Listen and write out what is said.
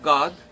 God